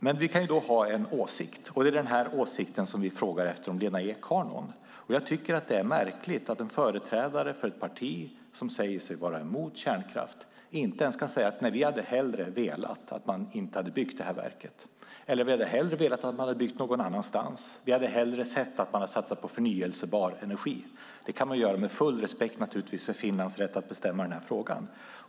Men vi kan ha en åsikt, och det är denna åsikt som vi frågar om Lena Ek har någon. Jag tycker att det är märkligt att en företrädare för ett parti som säger sig vara emot kärnkraft inte ens kan säga: Vi hade hellre velat att man inte hade byggt det här verket, vi hade hellre velat att man hade byggt det någon annanstans eller vi hade hellre sett att man hade satsat på förnybar energi! Det kan man säga med full respekt för Finlands rätt att bestämma i frågan.